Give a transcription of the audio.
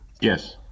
Yes